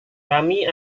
kami